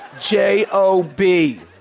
J-O-B